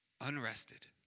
unrested